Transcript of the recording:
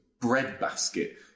breadbasket